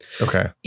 Okay